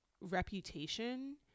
reputation